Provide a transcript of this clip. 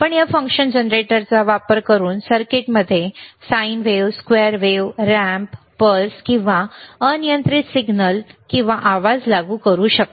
आपण या फंक्शन जनरेटरचा वापर करून सर्किटमध्ये साइन वेव्ह किंवा स्क्वेअर वेव्ह किंवा रॅम्प किंवा पल्स किंवा अनियंत्रित सिग्नल किंवा आवाज लागू करू शकता